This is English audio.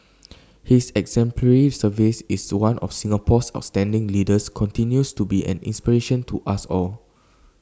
his exemplary service is The One of Singapore's outstanding leaders continues to be an inspiration to us all